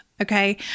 Okay